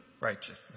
righteousness